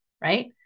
right